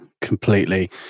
Completely